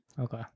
Okay